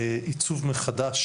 בעיצוב מחדש.